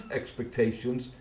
expectations